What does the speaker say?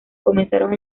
comenzaron